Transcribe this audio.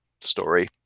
story